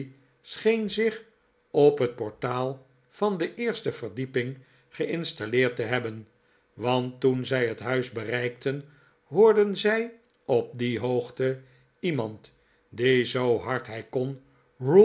scheen zich op het portaal van de eerste verdieping geinstalleerd te hebben want toen zij het huis bereikten hoorden zij op die hoogte iemand die zoo hard hij kon